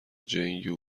gen